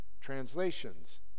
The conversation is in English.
translations